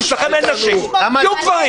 ואני אומר לש"ס, כי אצלכם אין נשים, תהיו גברים.